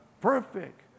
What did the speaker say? Perfect